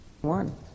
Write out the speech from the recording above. One